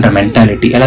mentality